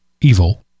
evil